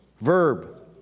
verb